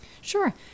Sure